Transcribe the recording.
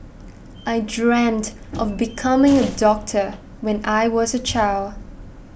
I dreamt of becoming a doctor when I was a child